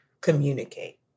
communicate